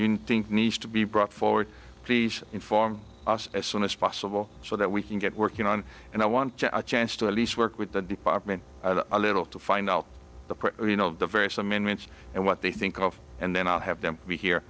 think needs to be brought forward please inform us as soon as possible so that we can get working on and i want a chance to at least work with the department a little to find out the price of the various amendments and what they think of and then i'll have them be he